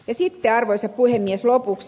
sitten arvoisa puhemies lopuksi